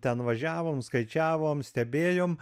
ten važiavom skaičiavom stebėjom